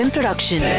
Production